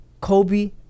Kobe